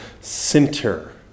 center